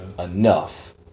Enough